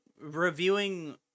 reviewing